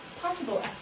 possible